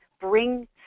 bring